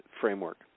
framework